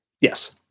Yes